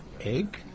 Egg